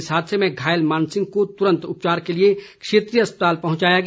इस हादसे में घायल मानसिंह को त्रंत उपचार के लिए क्षेत्रीय अस्पताल पहंचाया गया